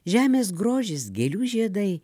žemės grožis gėlių žiedai